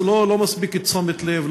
לא מספיק תשומת לב,